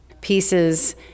pieces